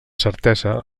certesa